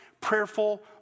prayerful